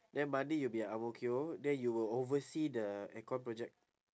then monday you'll be at ang mo kio then you will oversee the aircon project